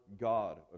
God